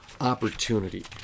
opportunity